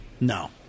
No